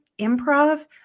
improv